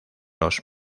los